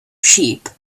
sheep